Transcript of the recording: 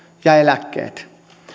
ja eläkkeet